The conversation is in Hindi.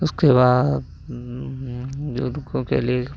उसके बाद बुज़ुर्गों के लिए